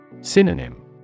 Synonym